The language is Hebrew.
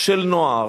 של נוער,